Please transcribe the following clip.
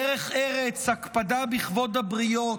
דרך ארץ, הקפדה בכבוד הבריות,